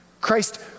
Christ